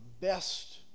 best